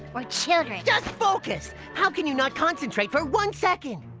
or children? just focus! how can you not concentrate for one second?